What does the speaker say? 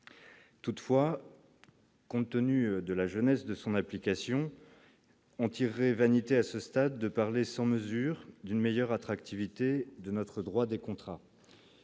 Toutefois, compte tenu de la jeunesse de son application on tirer vanité à ce stade de parler sans mesure d'une meilleure attractivité de notre droit des contrats